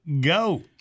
go